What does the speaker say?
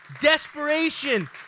Desperation